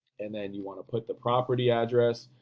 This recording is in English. and then you want to put the property address.